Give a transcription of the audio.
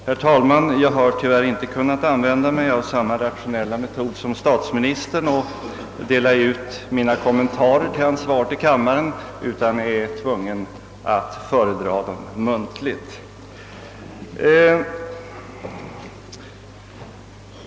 Herr talman! Jag har tyvärr inte kunnat begagna mig av samma rationella metod som statsministern, d.v.s. att dela ut mina kommentarer till hans svar till kammarens ledamöter, utan är tvungen att föredra dem muntligt.